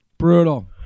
Brutal